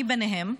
ואני ביניהם,